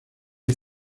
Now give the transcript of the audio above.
les